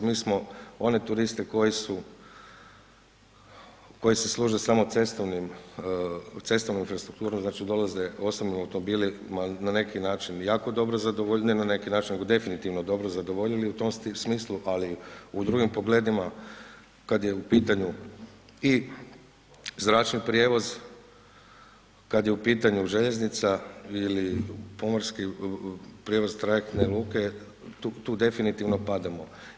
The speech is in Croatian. Mi smo one turiste koji su, koji se služe samo cestovnom infrastrukturom, znači dolaze osobnim automobilima na neki način jako dobro zadovoljili, ne na neki način nego definitivno dobro zadovoljili u tom smislu, ali u drugim pogledima, kad je u pitanju i zračni prijevoz, kad je u pitanju željeznica ili pomorski prijevoz, trajektne luke, tu definitivno padamo.